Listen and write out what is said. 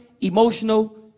Emotional